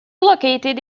located